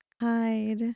hide